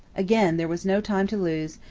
again there was no time to lose,